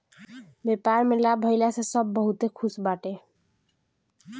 व्यापार में लाभ भइला से सब बहुते खुश बाटे